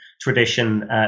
tradition